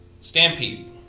Stampede